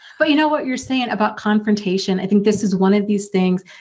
but you know what you're saying about confrontation. i think this is one of these things.